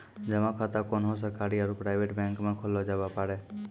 जमा खाता कोन्हो सरकारी आरू प्राइवेट बैंक मे खोल्लो जावै पारै